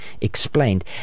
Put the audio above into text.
Explained